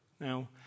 Now